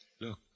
Look